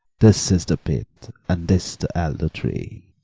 this is the pit and this the elder-tree.